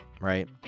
right